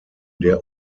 der